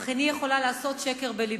אך איני יכולה לעשות שקר בלבי.